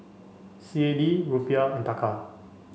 C A D Rupiah and Taka